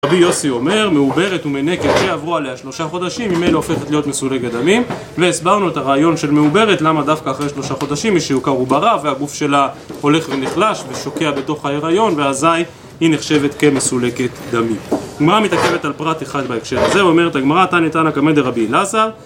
רבי יוסי אומר, מעוברת ומנקת שעברו עליה שלושה חודשים, ממילא הופכת להיות מסולקת דמים, והסברנו את הרעיון של מעוברת, למה דווקא אחרי שלושה חודשים היא שהוכרעו ברע, והגוף שלה הולך ונחלש, ושוקע בתוך הרעיון, ואזי היא נחשבת כמסולקת דמים. גמרה מתעכבת על פרט אחד בהקשר הזה, אומרת הגמרה טני תנא כמדר רבי אלעזר,